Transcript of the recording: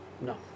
No